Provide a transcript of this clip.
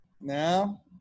now